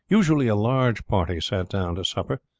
usually a large party sat down to supper,